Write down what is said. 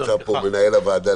נמצא לידינו מנהל הוועדה.